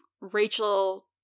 Rachel